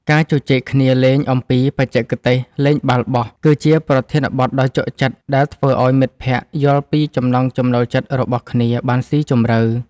ការជជែកគ្នាលេងអំពីបច្ចេកទេសលេងបាល់បោះ គឺជាប្រធានបទដ៏ជក់ចិត្តដែលធ្វើឱ្យមិត្តភក្តិយល់ពីចំណង់ចំណូលចិត្តរបស់គ្នាបានស៊ីជម្រៅ។